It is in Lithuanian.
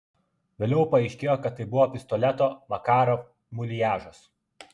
vėliau paaiškėjo kad tai buvo pistoleto makarov muliažas